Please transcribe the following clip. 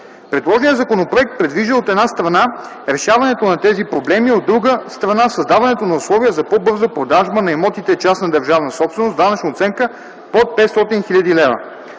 Предложеният законопроект предвижда, от една страна, решаването на тези проблеми, а от друга – създаването на условия за по-бърза продажба на имотите частна държавна собственост с данъчна оценка под 500 000 лв.